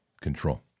control